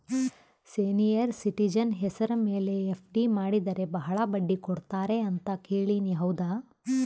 Senior citizen ಹೆಸರ ಮೇಲೆ FD ಮಾಡಿದರೆ ಬಹಳ ಬಡ್ಡಿ ಕೊಡ್ತಾರೆ ಅಂತಾ ಕೇಳಿನಿ ಹೌದಾ?